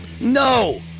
No